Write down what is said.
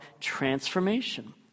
transformation